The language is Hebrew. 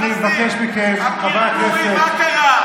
מנסים לסתום את הפיות בכל מקום,